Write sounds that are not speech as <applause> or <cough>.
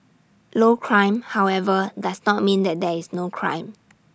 low crime however does not mean that there is no crime <noise>